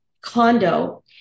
condo